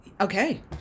okay